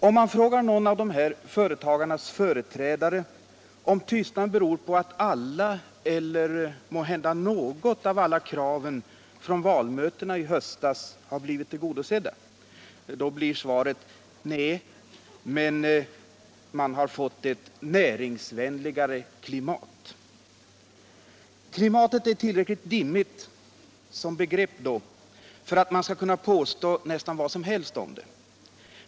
Om man frågar någon av de här företagarnas företrädare om tystnaden beror på att alla — eller måhända något — av alla kraven från valmötena i höstas har tillgodosetts blir svaret: Nej, men vi har fått ett näringsvänligare klimat. Som begrepp är klimatet tillräckligt dimmigt för att man skall kunna påstå nästan vad som helst om det.